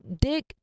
dick